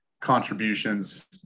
contributions